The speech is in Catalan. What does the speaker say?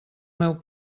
meu